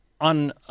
on